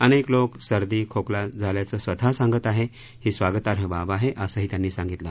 अनक्विलोक सर्दी खोकला झाल्याचं स्वतःसांगत आहक्वी ही स्वागतार्ह बाब आह असंही त्यांनी सांगितलं